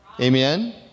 Amen